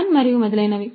on మరియు మొదలైనవి